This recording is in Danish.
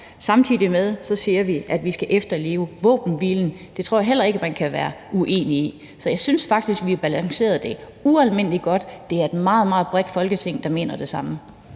Samtidig siger vi, at vi skal efterleve våbenhvilen; det tror jeg heller ikke man kan være uenig i. Så jeg synes faktisk, vi har balanceret det ualmindelig godt. Det er et meget, meget bredt Folketing, der mener det samme.